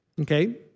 Okay